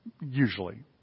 Usually